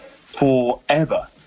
forever